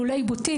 לולי בוטיק,